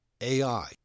AI